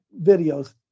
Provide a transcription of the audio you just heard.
videos